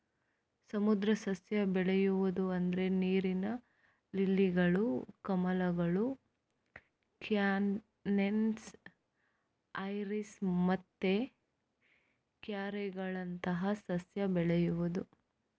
ಸಮುದ್ರ ಸಸ್ಯ ಬೆಳೆಯುದು ಅಂದ್ರೆ ನೀರಿನ ಲಿಲ್ಲಿಗಳು, ಕಮಲಗಳು, ಕ್ಯಾನಸ್, ಐರಿಸ್ ಮತ್ತೆ ಟ್ಯಾರೋಗಳಂತಹ ಸಸ್ಯ ಬೆಳೆಯುದು